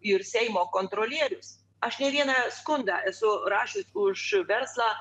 ir seimo kontrolierius aš ne vieną skundą esu rašius už verslą